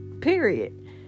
Period